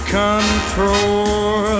control